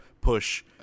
Push